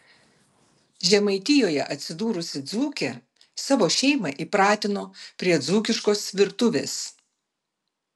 žemaitijoje atsidūrusi dzūkė savo šeimą įpratino prie dzūkiškos virtuvės